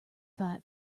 fight